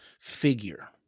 figure